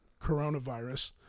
coronavirus